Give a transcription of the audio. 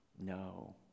No